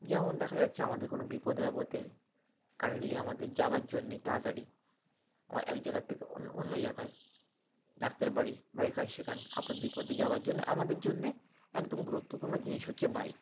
যেমন দেখা যাচ্ছে আমাদের কোনো বিপদে আপদে কারেন্টলি আমাদের যাওয়ার জন্যে তাড়াতাড়ি আমার এক জায়গার থেকে অন্য অন্য জায়গায় ডাক্তারের বাড়ি বা এখানে সেখানে আপদ বিপদে যাওয়ার জন্যে আমাদের জন্যে একদম গুরুত্বপূর্ণ জিনিস হচ্ছে বাইক